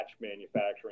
manufacturing